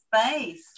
space